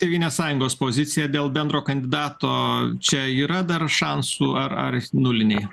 tėvynės sąjungos pozicija dėl bendro kandidato čia yra dar šansų ar ar nuliniai